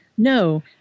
No